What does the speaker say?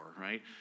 right